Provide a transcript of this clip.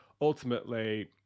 ultimately